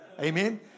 Amen